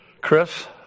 Chris